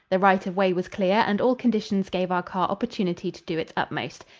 the right of way was clear and all conditions gave our car opportunity to do its utmost.